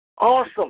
Awesome